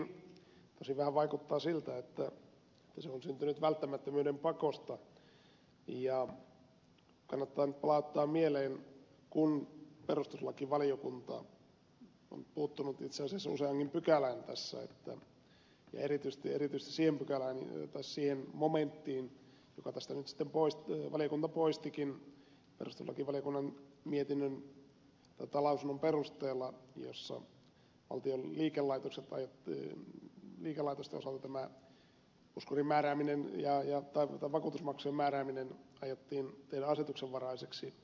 tosin vähän vaikuttaa siltä että se on syntynyt välttämättömyyden pakosta ja kannattaa nyt palauttaa mieleen kun perustuslakivaliokunta on puuttunut itse asiassa useaankin pykälään tässä ja erityisesti siihen pykälään tai siihen momenttiin jonka tästä nyt sitten valiokunta poistikin perustuslakivaliokunnan lausunnon perusteella jossa valtion liikelaitosten osalta tämä vakuutusmaksujen määrääminen aiottiin tehdä asetuksenvaraiseksi